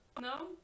No